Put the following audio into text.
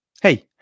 hey